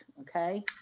okay